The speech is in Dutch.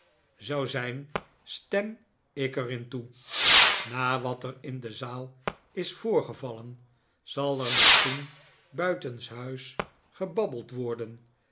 nickleby zijn stem ik er in toe na wat er in de zaal is voorgevallen zal er misschien buitenshuis gebabbeld worden